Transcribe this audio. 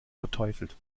verteufelt